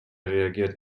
reagiert